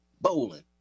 bowling